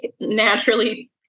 naturally